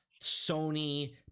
Sony